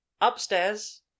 Upstairs